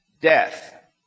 death